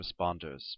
responders